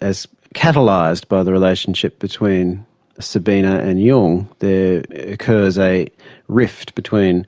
as catalysed by the relationship between sabina and jung, there occurs a rift between